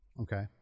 Okay